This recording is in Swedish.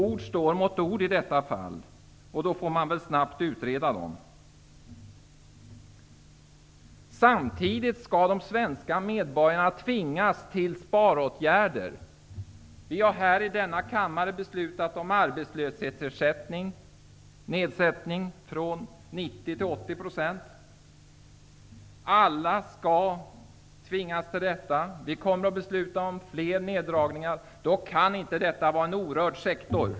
Ord står mot ord i detta fall, och det får man väl snabbt utreda då. Samtidigt skall de svenska medborgarna tvingas till sparåtgärder. Vi har här i denna kammare beslutat om nedsättning av arbetslöshetsersättningen från 90 till 80 %. Alla skall tvingas till detta. Vi kommer att besluta om fler neddragningar, och då kan inte invandrarpolitiken vara en orörd sektor.